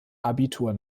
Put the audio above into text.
abitur